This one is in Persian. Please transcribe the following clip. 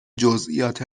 جزئیات